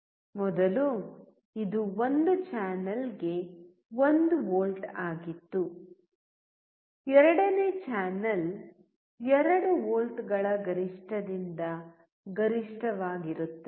ಮೊದಲು ಇದು ಒಂದು ಚಾನಲ್ಗೆ 1 ವೋಲ್ಟ್ ಆಗಿತ್ತು ಎರಡನೇ ಚಾನಲ್ 2 ವೋಲ್ಟ್ಗಳ ಗರಿಷ್ಠದಿಂದ ಗರಿಷ್ಠವಾಗಿರುತ್ತದೆ